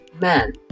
man